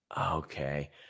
Okay